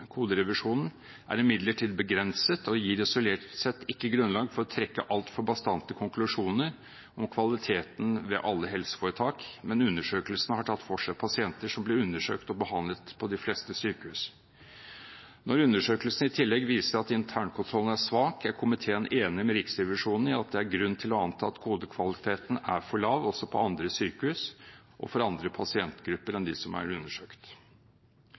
koderevisjonen er imidlertid begrenset og gir isolert sett ikke grunnlag for å trekke altfor bastante konklusjoner om kvaliteten ved alle helseforetak, men undersøkelsen har tatt for seg pasienter som ble undersøkt og behandlet, ved de fleste sykehus. Når undersøkelsen i tillegg viser at internkontrollen er svak, er komiteen enig med Riksrevisjonen i at det er grunn til å anta at kodekvaliteten er for lav, også på andre sykehus og for andre pasientgrupper enn dem som er undersøkt.